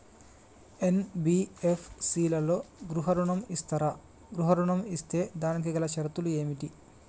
NBFC లలో గృహ ఋణం ఇస్తరా? గృహ ఋణం ఇస్తే దానికి గల షరతులు ఏమిటి?